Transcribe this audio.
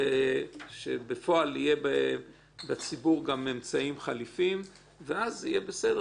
ושבפועל יהיו לציבור גם אמצעים חלופיים ואז יהיה בסדר